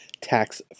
tax